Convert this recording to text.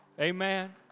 Amen